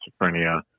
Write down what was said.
schizophrenia